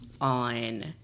on